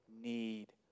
need